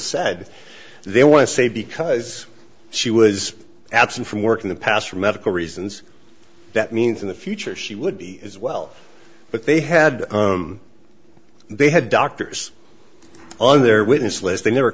said they want to say because she was absent from work in the past for medical reasons that means in the future she would be as well but they had they had doctors on their witness list they never